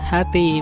Happy